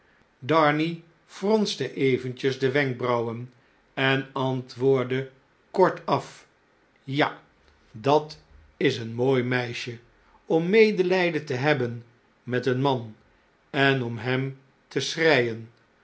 darnay fronste eventjes de wenkbrauwen en antwoordde kortaf in londen en paeijs ja dat is een mooi meisje om medeljjden te hebben met een man en om hem te